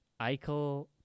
Eichel